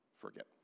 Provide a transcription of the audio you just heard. forget